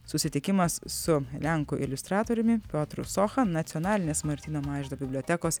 susitikimas su lenkų iliustratoriumi piotru socha nacionalinės martyno mažvydo bibliotekos